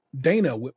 dana